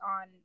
on